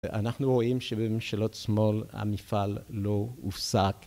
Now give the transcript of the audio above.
אנחנו רואים שבממשלות שמאל המפעל לא הופסק.